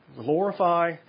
glorify